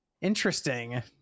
Interesting